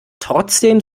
trotzdem